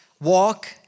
walk